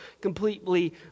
completely